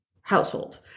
household